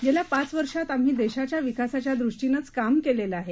गेल्या पाच वर्षात आम्ही देशाच्या विकासाच्या दृष्टीनंच काम केलेलं आहे